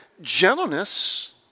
gentleness